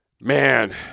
man